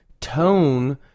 tone